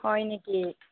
হয় নেকি